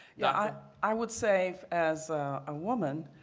yeah ah i would say as a woman,